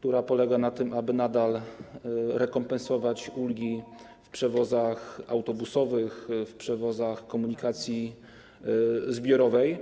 która polega na tym, aby nadal rekompensować ulgi w przewozach autobusowych, w przewozach komunikacji zbiorowej.